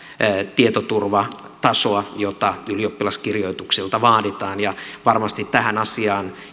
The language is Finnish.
tietoturvatasoa jota ylioppilaskirjoituksilta vaaditaan varmasti tähän asiaan